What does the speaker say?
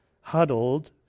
huddled